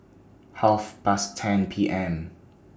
Half Past ten P M